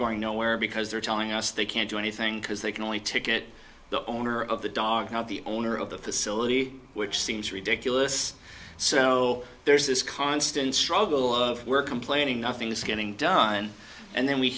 going nowhere because they're telling us they can't do anything because they can only ticket the owner of the dog not the owner of the facility which seems ridiculous so there's this constant struggle of we're complaining nothing's getting done and then we